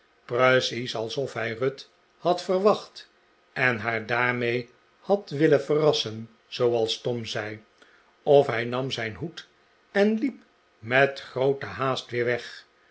precies alsof hij ruth had verwacht en haar daarmee had willen verrassen zooals tom zei of hij nam zijn hoed en liep met groote haast weer weg